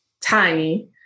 Tiny